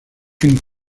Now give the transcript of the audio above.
une